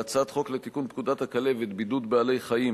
בהצעת חוק לתיקון פקודת הכלבת (בידוד בעלי-חיים),